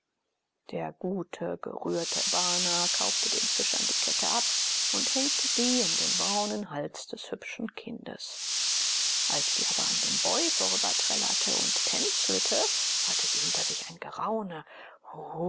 der gute gerührte bana kaufte den fischern die kette ab und hängte sie um den braunen hals des hübschen kindes als sie aber an dem boy vorüberträllerte und tänzelte hörte sie hinter sich ein geraune